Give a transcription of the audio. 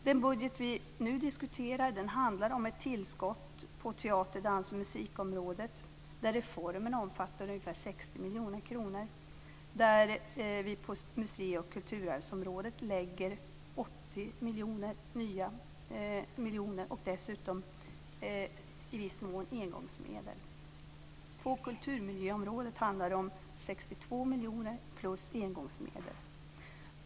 Den budget vi nu diskuterar handlar om ett tillskott på teater-, dans och musikområdet där reformerna omfattar ungefär 60 miljoner kronor. På musei och kulturarvsområdet lägger vi 80 nya miljoner och dessutom i viss mån engångsmedel. På kulturmiljöområdet handlar det om 62 miljoner plus engångsmedel.